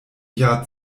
jahr